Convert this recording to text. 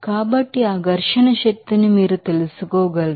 కాబట్టి ఆ ఫ్రిక్షన్ ఘర్షణ ఎనర్జీని మీరు తెలుసుకోగలరు